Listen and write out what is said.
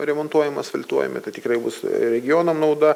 remontuojama asfaltuojami tai tikrai bus regionam nauda